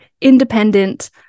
independent